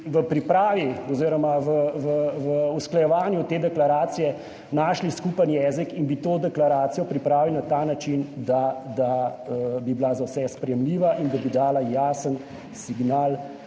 v pripravi oziroma v usklajevanju te deklaracije našli skupen jezik in bi to deklaracijo pripravili na ta način, da da bi bila za vse sprejemljiva in da bi dala jasen signal